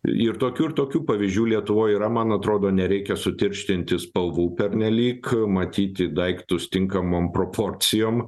ir tokių ir tokių pavyzdžių lietuvoj yra man atrodo nereikia sutirštinti spalvų pernelyg matyti daiktus tinkamom proporcijom